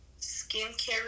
skincare